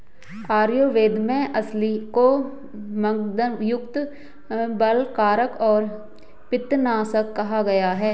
आयुर्वेद में अलसी को मन्दगंधयुक्त, बलकारक और पित्तनाशक कहा गया है